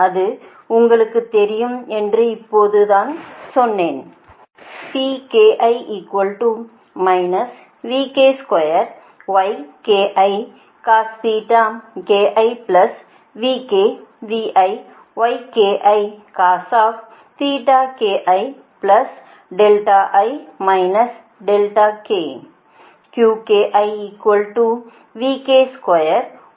அது உங்களுக்கு தெரியும் என்று இப்போது தான் சொன்னேன்